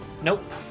Nope